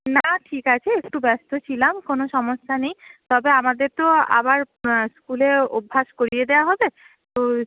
না ঠিক আছে একটু ব্যস্ত ছিলাম কোনো সমস্যা নেই তবে আমাদের তো আবার স্কুলেও অভ্যাস করিয়ে দেওয়া হবে তো